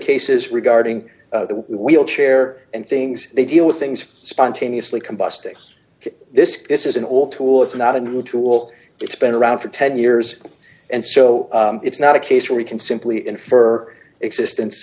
cases regarding the wheelchair and things they deal with things spontaneously combusting this is an all tool it's not a new tool it's been around for ten years and so it's not a case where we can simply infer the existence